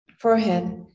forehead